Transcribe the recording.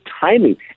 timing